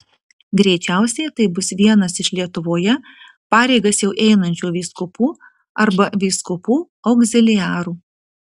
greičiausiai tai bus vienas iš lietuvoje pareigas jau einančių vyskupų arba vyskupų augziliarų